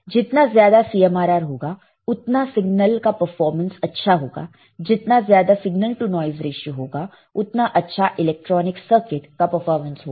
जितना ज्यादा CMRR होगा उतना सिग्नल का परफॉर्मेंस अच्छा होगा जितना ज्यादा सिगनल टु नॉइस रेशीयो होगा उतना अच्छा इलेक्ट्रॉनिक सर्किट का परफॉर्मेंस होगा